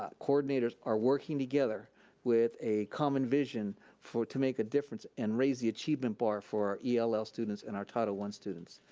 ah coordinators are working together with a common vision to make a difference and raise the achievement bar for ell ell students and our title one students.